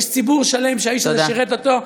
יש ציבור שלם שהאיש הזה שירת אותו.